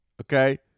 Okay